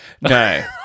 No